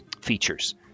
features